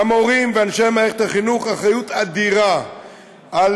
למורים ואנשי מערכת החינוך יש אחריות אדירה לרווחתם,